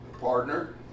partner